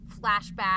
flashback